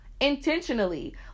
intentionally